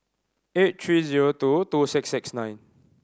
eight three zero two two six six nine